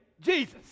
Jesus